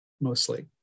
mostly